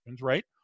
right